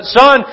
son